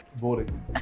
Boring